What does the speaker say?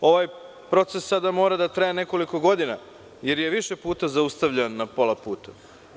Ovaj proces mora da traje nekoliko godina, jer je više puta zaustavljan na pola puta.